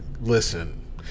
listen